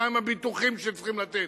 מהם הביטוחים שצריך לתת,